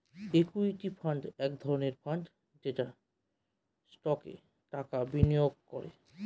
equity fund এক ধরনের fund যেটা স্টকে টাকা বিনিয়োগ করে